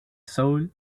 soul